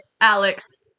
Alex